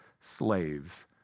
slaves